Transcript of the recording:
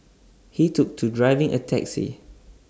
he took to driving A taxi